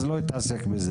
אז הוא לא התעסק בזה.